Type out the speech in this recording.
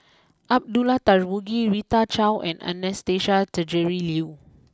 Abdullah Tarmugi Rita Chao and Anastasia Tjendri Liew